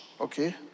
okay